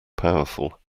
powerful